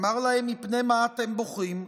אמר להם: מפני מה אתם בוכים?